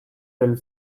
del